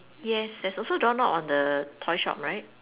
yes there's also doorknob on the toy shop right